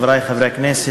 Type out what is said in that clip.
חברי חברי הכנסת,